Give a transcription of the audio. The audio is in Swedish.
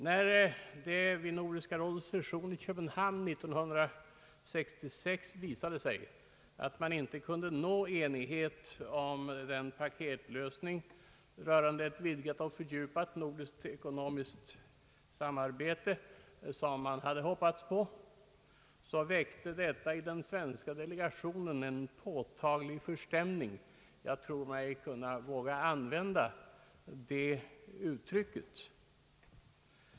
När det vid Nordiska rådets session i Köpenhamn 1966 visade sig att man inte kunde nå enighet om den paketlösning rörande ett vidgat och fördjupat nordiskt ekonomiskt samarbete, som man hoppats på, väckte detta i den svenska delegationen en påtaglig förstämning — jag tror mig kunna våga använda det uttrycket.